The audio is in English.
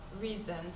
reason